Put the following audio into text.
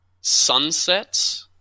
Sunset's